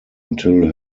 until